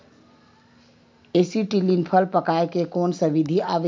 Acetylene फल पकाय के कोन सा विधि आवे?